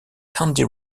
candy